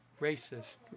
racist